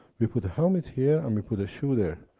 we put the helmet here, and we put the shoe there.